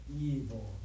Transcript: evil